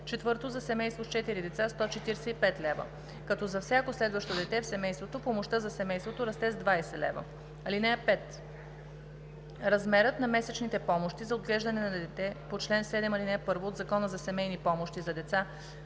лв.; 4. за семейство с четири деца – 145 лв., като за всяко следващо дете в семейството помощта за семейството расте с 20 лв. (5) Размерът на месечните помощи за отглеждане на дете по чл. 7, ал. 1 от Закона за семейни помощи за деца